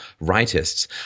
rightists